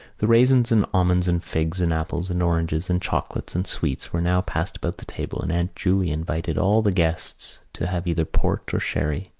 the raisins and almonds and figs and apples and oranges and chocolates and sweets were now passed about the table and aunt julia invited all the guests to have either port or sherry.